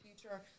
future